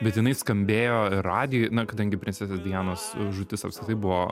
bet jinai skambėjo ir radijuj na kadangi princesės dianos žūtis apskritai buvo